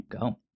go